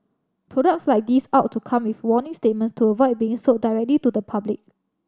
products like these ought to come with warning statement to avoid being sold directly to the public